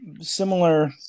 similar